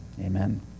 Amen